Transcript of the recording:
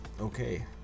Okay